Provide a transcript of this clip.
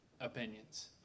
opinions